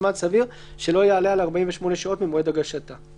זמן סביר שלא יעלה על 48 שעות ממועד הגשתה.